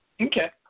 Okay